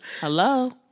Hello